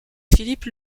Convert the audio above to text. philippe